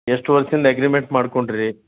ಎಷ್ಟು ವರ್ಷ ಹಿಂದೆ ಅಗ್ರೀಮೆಂಟ್ ಮಾಡಿಕೊಂಡ್ರಿ